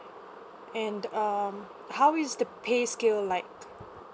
and then um how is the pay scale like